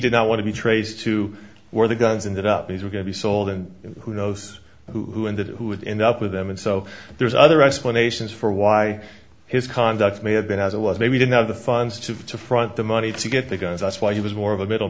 did not want to be traced to where the guns in that up these were going to be sold and who knows who ended who would end up with them and so there's other explanations for why his conduct may have been as it was maybe didn't have the funds to to front the money to get the guns that's why he was more of a middle